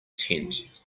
tent